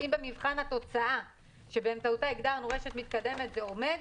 אם במבחן התוצאה שבאמצעותה הגדרנו רשת מתקדמת זה עומד,